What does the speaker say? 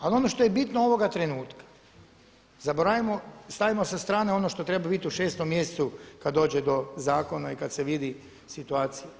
Ali ono što je bitno ovoga trenutka zaboravimo, stavimo sa strane ono što treba biti u šestom mjesecu kad dođe do zakona i kad se vidi situacija.